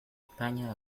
españa